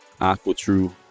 AquaTrue